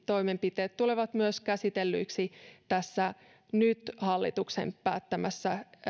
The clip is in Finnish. toimenpiteet tulevat myös käsitellyiksi tässä nyt hallituksen päättämässä